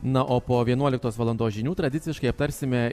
na o po vienuoliktos valandos žinių tradiciškai aptarsime